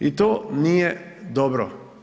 I to nije dobro.